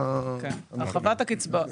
הרחבת הקצבאות.